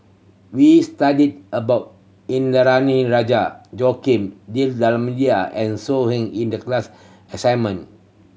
we studied about Indranee Rajah Joaquim D'Almeida and So Heng in the class assignment